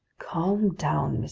calm down,